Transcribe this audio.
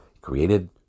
created